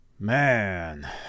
man